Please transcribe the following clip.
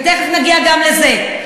ותכף נגיע גם לזה.